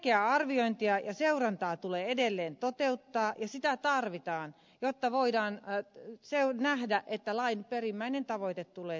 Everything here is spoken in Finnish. selkeää arviointia ja seurantaa tulee edelleen toteuttaa ja sitä tarvitaan jotta voidaan nähdä että lain perimmäinen tavoite tulee toteutumaan